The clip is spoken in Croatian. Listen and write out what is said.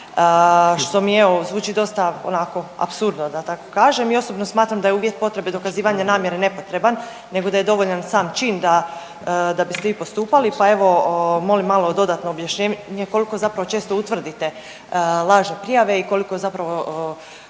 Što mi evo zvuči dosta onako apsurdno da tako kažem i osobno smatra da je uvjet potrebe dokazivanja namjere nepotreban nego da je dovoljan sam čin da bi, da biste vi postupali. Pa evo molim malo dodatno objašnjenje koliko zapravo često utvrdite lažne prijave i koliko zapravo